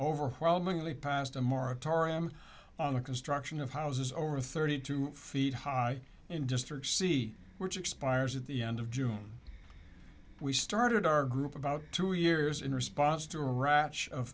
overwhelmingly passed a moratorium on the construction of houses over thirty two feet high in district c which expires at the end of june we started our group about two years in response to a rash of